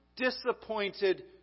disappointed